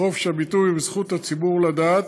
בחופש הביטוי ובזכות הציבור לדעת,